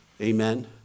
amen